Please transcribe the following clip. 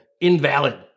invalid